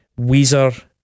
Weezer